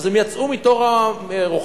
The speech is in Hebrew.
הם יצאו מתוך הרוכשים,